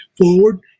forward